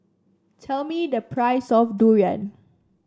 tell me the price of Durian